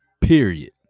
period